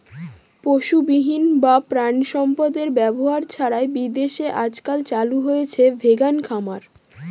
পশুবিহীন বা প্রানীসম্পদ এর ব্যবহার ছাড়াই বিদেশে আজকাল চালু হয়েছে ভেগান খামার